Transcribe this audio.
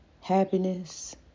happiness